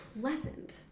pleasant